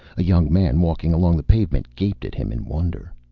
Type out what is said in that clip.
a young man walking along the pavement gaped at him in wonder.